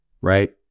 right